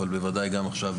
אבל בוודאי גם עכשיו,